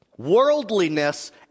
Worldliness